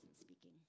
speaking